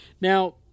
now